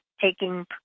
taking